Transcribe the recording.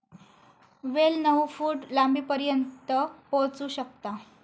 वेल नऊ फूट लांबीपर्यंत पोहोचू शकता